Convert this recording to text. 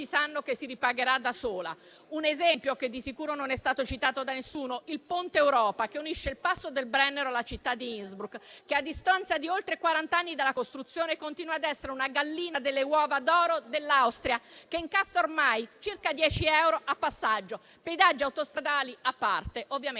sanno che si ripagherà da sola. Un esempio che di sicuro non è stato citato da nessuno è il Ponte Europa, che unisce il passo del Brennero alla città di Innsbruck, e che, a distanza di oltre quarant'anni dalla costruzione, continua ad essere una gallina dalle uova d'oro per l'Austria, che incassa ormai circa 10 euro a passaggio, pedaggi autostradali a parte (ovviamente